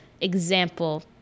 example